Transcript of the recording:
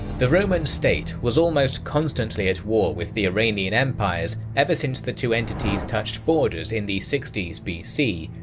the roman state was almost constantly at war with the iranian empires ever since the two entities touched borders in the sixty s bc,